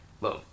boom